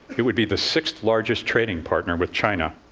it would be the sixth-largest trading partner with china.